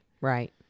Right